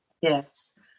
Yes